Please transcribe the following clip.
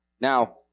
Now